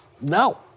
No